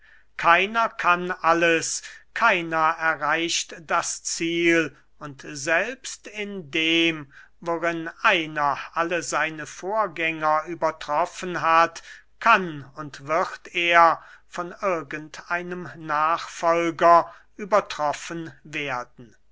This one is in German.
keiner kann alles keiner erreicht das ziel und selbst in dem worin einer alle seine vorgänger übertroffen hat kann und wird er von irgend einem nachfolger übertroffen werden